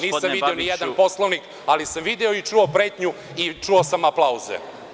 Nisam video nijedan Poslovnik, ali sam video i čuo pretnju i čuo sam aplauze.